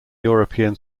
european